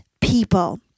people